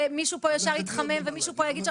ומישהו פה ישר יתחמם ומישהו פה יגיד,